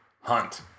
Hunt